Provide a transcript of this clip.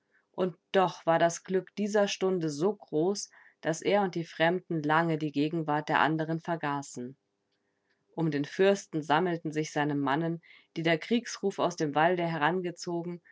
und doch war das glück dieser stunde so groß daß er und die fremden lange die gegenwart der anderen vergaßen um den fürsten sammelten sich seine mannen die der kriegsruf aus dem walde herangezogen